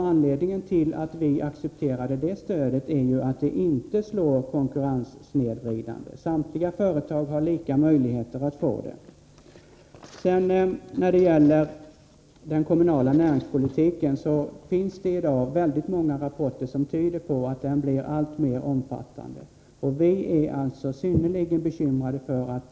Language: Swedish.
Anledningen till att vi accepterat det stödet är att det inte är konkurrenssnedvridande. Samtliga företag har nämligen samma möjligheter att få detta stöd. När det gäller den kommunala näringspolitiken finns det i dag väldigt många rapporter som tyder på att denna blir alltmer omfattande. Vi är synnerligen bekymrade över detta.